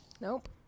Nope